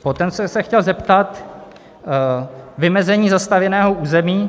Potom jsem se chtěl zeptat vymezení zastavěného území.